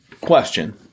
question